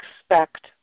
expect